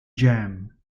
jam